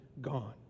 gone